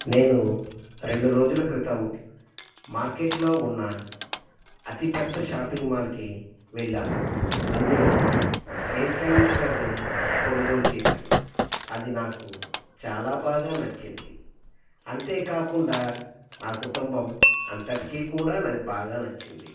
నేను రెండు రోజుల క్రితం మార్కెట్లో ఉన్న అతి పెద్ద షాపింగ్ మాల్కి వెళ్ళాను అందులో ఎయిర్ కండిషనర్ని కొనుగోలు చేశాను అది నాకు చాలా బాగా నచ్చింది అంతేకాకుండా నా కుటుంబం అంతటికి కూడా బాగా నచ్చింది